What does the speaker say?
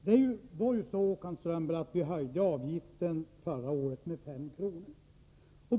Herr talman! Det var ju så att vi höjde avgiften med 5 kr. förra året.